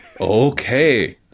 Okay